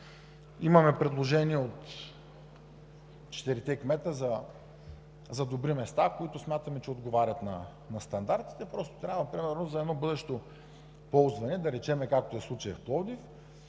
имаме предложение от четирима кметове за добри места, които смятаме, че отговарят на стандартите. Просто трябва примерно за едно бъдещо ползване, да речем, както е случаят в Пловдив,